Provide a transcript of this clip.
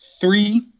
three